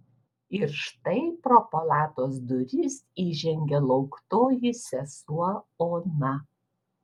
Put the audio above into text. ir štai pro palatos duris įžengė lauktoji sesuo ona